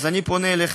אז אני פונה אליכם,